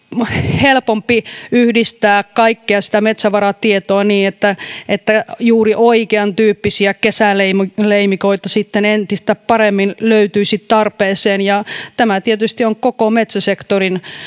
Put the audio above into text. helpompi yhdistää kaikkea sitä metsävaratietoa niin että että juuri oikeantyyppisiä kesäleimikoita kesäleimikoita sitten entistä paremmin löytyisi tarpeeseen ja tämä tietysti on koko metsäsektorin